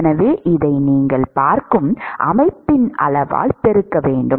எனவே இதை நீங்கள் பார்க்கும் அமைப்பின் அளவால் பெருக்க வேண்டும்